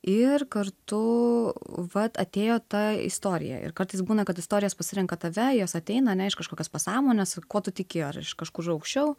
ir kartu vat atėjo ta istorija ir kartais būna kad istorijos pasirenka tave jos ateina ane iš kažkokios pasąmonės kuo tu tiki ar iš kažkur aukščiau